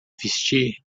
vestir